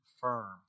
firm